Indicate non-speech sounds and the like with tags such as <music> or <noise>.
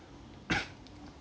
<coughs>